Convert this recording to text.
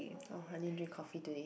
oh I didn't drink coffee today